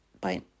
Bye